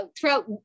throughout